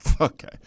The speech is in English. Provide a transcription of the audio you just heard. Okay